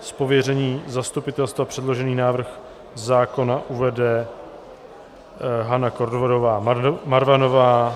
Z pověření zastupitelstva předložený návrh zákona uvede Hana Kordová Marvanová.